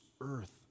earth